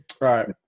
Right